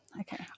Okay